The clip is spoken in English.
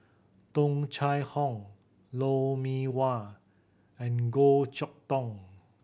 Tung Chye Hong Lou Mee Wah and Goh Chok Tong